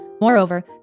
Moreover